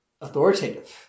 authoritative